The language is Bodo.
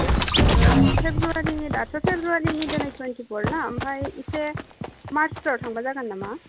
फेब्रुवारिनि दाथ' फेब्रुवारिनि दिनै टुइन्टिफर ना ओमफ्राय एसे मार्चसोआव थांब्ला जागोन नामा